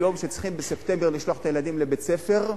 שצריכים לשלוח את הילדים בספטמבר לבית-ספר,